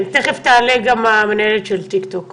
תיכף תעלה המנהלת של טיקטוק בזום.